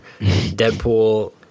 Deadpool